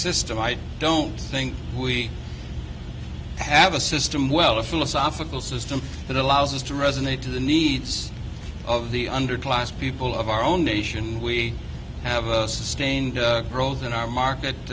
system i don't think we have a system well a philosophical system that allows us to resonate to the needs of the underclass people of our own nation we have a sustained growth in our